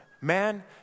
Man